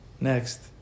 Next